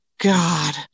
god